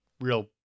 real